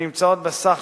הנמצאות בסד